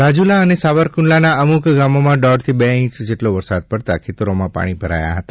રાજુલા અને સાવરકુંડલાના અમુક ગામોમાં દોઢથી બે ઇંચ જેટલો વરસાદ પડતા ખેતરોમાં પાણી ભરાયા હતા